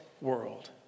world